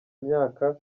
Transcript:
imyaka